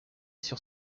sur